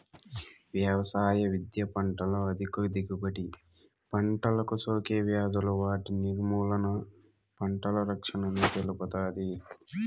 వ్యవసాయ విద్య పంటల అధిక దిగుబడి, పంటలకు సోకే వ్యాధులు వాటి నిర్మూలన, పంటల రక్షణను తెలుపుతాది